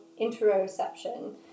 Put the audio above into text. interoception